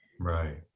right